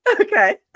okay